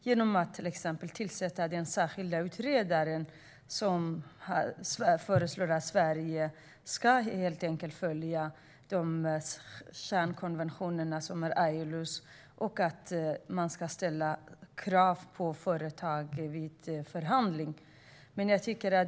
Det gör den till exempel genom att den tillsatt en särskild utredare som föreslår att Sverige ska följa ILO:s kärnkonventioner och ställa krav på företag vid upphandling.